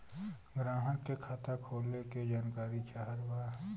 ग्राहक के खाता खोले के जानकारी चाहत बा?